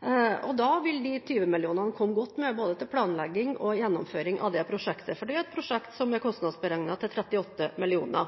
2010–2019. Da vil 20 mill. kr komme godt med, både til planlegging og gjennomføring av dette prosjektet, for det er et prosjekt som er kostnadsberegnet til 38 mill. kr.